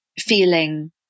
feeling